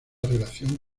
relación